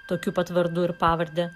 tokiu pat vardu ir pavarde